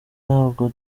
ntabwo